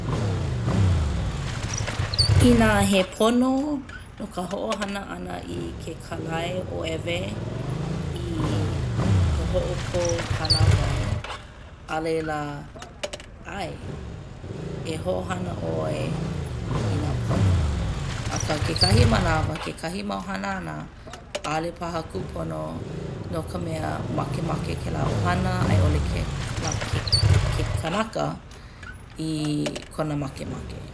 Inā he pono ka hoʻohana ʻana i ke kālaiōewe i ka hoʻokō kānāwai a laila ʻae e hoʻohana ʻoe inā pono. Akā kekahi manawa kekahi mau hanana ʻaʻole paha kūpono no ka mea makemake kēlā ʻohana a i ʻole ke la ke ke kanaka i kona makemake.